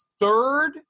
third